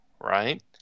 right